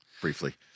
briefly